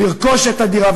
לרכוש את הדירה,